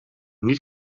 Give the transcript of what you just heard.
niet